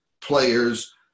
players